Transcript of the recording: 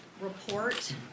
report